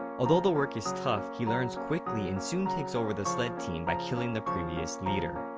although the work is tough, he learns quickly and soon takes over the sled team by killing the previous leader.